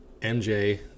MJ